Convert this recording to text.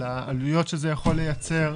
על העלויות שזה יכול לייצר,